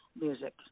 music